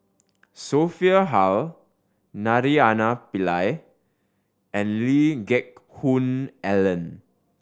Sophia Hull Naraina Pillai and Lee Geck Hoon Ellen